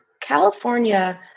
California